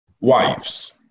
wives